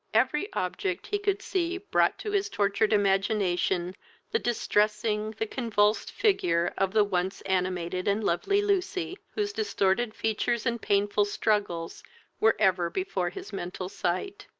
every object he could see brought to his tortured imagination the distressing, the convulsed figure of the once-animated and lovely lucy, whose distorted features and painful struggles were ever before his mental sight,